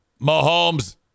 Mahomes